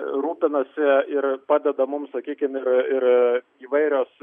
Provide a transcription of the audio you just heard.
rūpinasi ir padeda mums sakykim ir ir įvairios